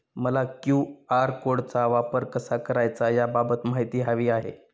मला क्यू.आर कोडचा वापर कसा करायचा याबाबत माहिती हवी आहे